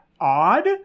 odd